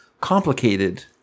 complicated